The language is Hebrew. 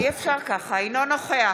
אינו נוכח